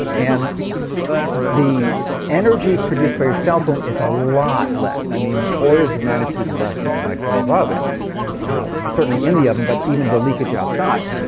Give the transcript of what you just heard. and the energy produced by your cell phone is a lot less. i mean, orders and magnitude less than your microwave oven now, it's certainly in the oven, but even the leakage outside.